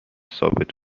ثابت